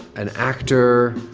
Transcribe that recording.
an actor?